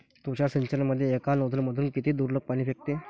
तुषार सिंचनमंदी एका नोजल मधून किती दुरलोक पाणी फेकते?